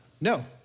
No